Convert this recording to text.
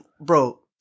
bro